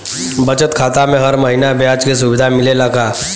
बचत खाता में हर महिना ब्याज के सुविधा मिलेला का?